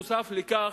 נוסף על כך,